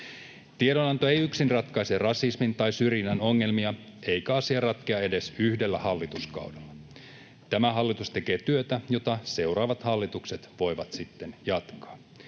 Tiedonanto ei yksin ratkaise rasismin tai syrjinnän ongelmia, eikä asia ratkeaa edes yhdellä hallituskaudella. Tämä hallitus tekee työtä, jota seuraavat hallitukset voivat sitten jatkaa.